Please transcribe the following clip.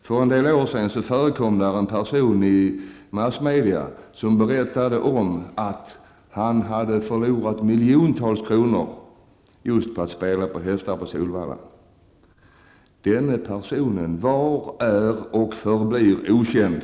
För några år sedan figurerade en person i massmedierna som berättade om att han hade förlorat miljontals kronor just på spel på hästar på Solvalla. Denne person var, är och förblir okänd.